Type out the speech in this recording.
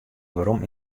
werom